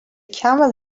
camel